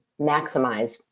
maximize